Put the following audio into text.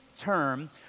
term